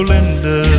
Linda